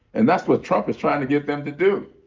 and that's what trump is trying to get them to do.